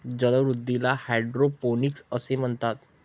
जलवृद्धीला हायड्रोपोनिक्स असे म्हणतात